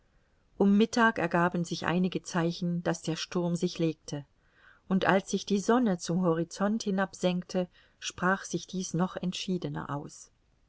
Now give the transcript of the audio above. um mittag ergaben sich einige zeichen daß der sturm sich legte und als sich die sonne zum horizont hinabsenkte sprach sich dies noch entschiedener aus